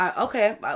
okay